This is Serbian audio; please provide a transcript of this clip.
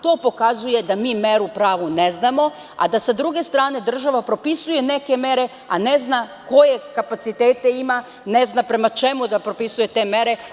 To pokazuje da mi pravu meru ne znamo, a da sa druge strane država propisuje mere a ne zna koje kapacitet ima, ne zna prema čemu propisuje te mere.